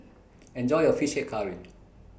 Enjoy your Fish Head Curry